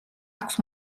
აქვს